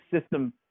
system